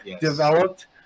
developed